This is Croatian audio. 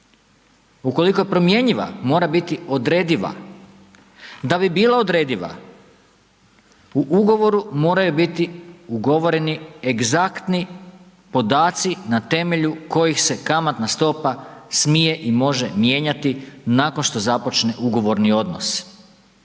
ukoliko je promjenjiva mora biti odrediva, da bi bila odrediva u ugovoru moraju biti ugovoreni egzaktni podatci na temelju kojih se kamatna stopa smije i može mijenjati nakon što započne ugovorni odnos.